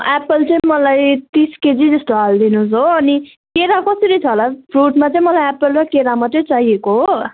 Apple चाहिँ मलाई तिस केजी जस्तो हालिदिनुहोस् हो अनि केरा कसरी छ होला फ्रुटमा चाहिँ मलाई एप्पल र केरा मात्रै चाहिएको हो